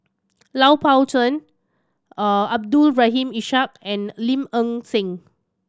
Lui Pao Chuen Abdul Rahim Ishak and Lim Nang Seng